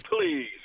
please